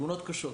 ותאונות קשות,